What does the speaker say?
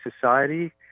society